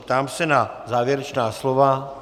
Ptám se na závěrečná slova.